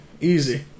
Easy